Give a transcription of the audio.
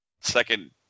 Second